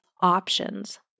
options